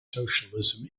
socialism